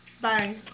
Bye